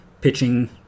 pitching